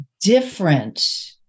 different